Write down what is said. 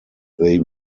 they